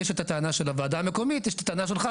יש את הטענה של הוועדה המקומית, יש את הטענה שלך.